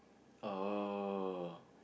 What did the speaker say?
oh